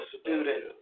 student